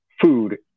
food